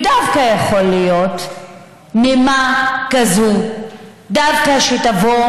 דווקא יכולה להיות נימה כזאת שתבוא